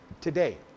today